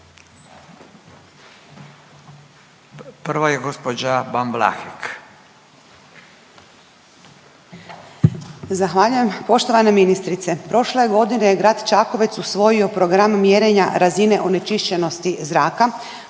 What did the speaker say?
Prva je gospođa Ban Vlahek.